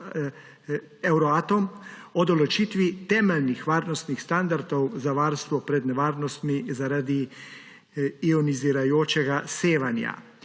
o določitvi temeljnih varnostni standardov za varstvo pred nevarnostmi zaradi ionizirajočega sevanja.